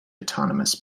autonomous